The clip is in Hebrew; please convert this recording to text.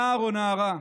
נער או נערה.